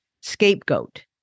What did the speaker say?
scapegoat